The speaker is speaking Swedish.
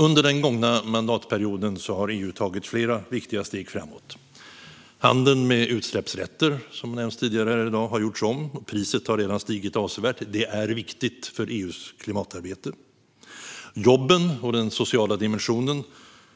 Under den gångna mandatperioden har EU tagit flera viktiga steg framåt. Handeln med utsläppsrätter, som har nämnts tidigare här i dag, har gjorts om. Och priset har redan stigit avsevärt. Det är viktigt för EU:s klimatarbete. Jobben och den sociala dimensionen